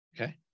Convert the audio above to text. okay